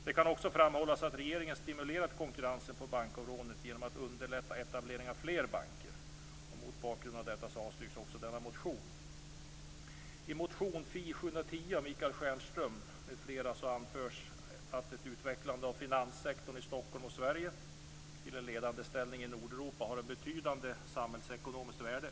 Det kan också framhållas att regeringen stimulerat konkurrensen på bankområdet genom att underlätta etablering av fler banker. Mot bakgrund av detta avstyrks också denna motion. I motion Fi710 av Michael Stjernström m.fl. anförs att ett utvecklande av finanssektorn i Stockholm och Sverige till en ledande ställning i Nordeuropa har ett betydande samhällsekonomiskt värde.